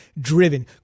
driven